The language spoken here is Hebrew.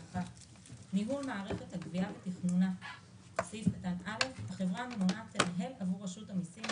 ניהול מערכת הגבייה ותכנונה 32. (א)החברה הממונה תנהל עבור רשות המסים,